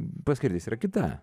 paskirtis yra kita